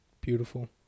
Beautiful